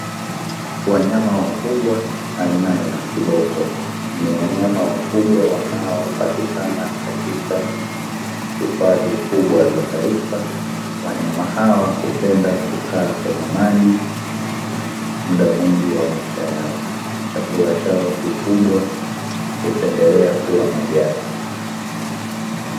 Wanyama wakubwa aina ya kibako, ni wanyama wakubwa wanaopatika katika hifadhi kubwa za taifa. Wanyama hawa hupenda kukaa kwenye maji muda mwingi wa maisha yao. Chakula chao kikubwa hupendelea kula majani.